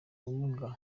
ubumuga